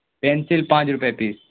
pencil پانچ روپے پیس